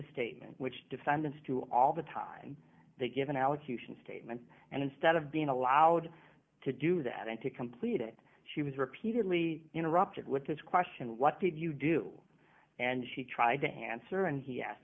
statement which defendants to all the time they give an allocution statement and instead of being allowed to do that and to complete it she was repeatedly interrupted with this question what did you do and she tried to answer and he asked